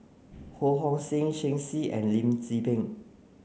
Ho Hong Sing Shen Xi and Lim Tze Peng